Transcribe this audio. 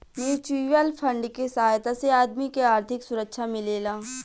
mutual fund के सहायता से आदमी के आर्थिक सुरक्षा मिलेला